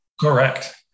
Correct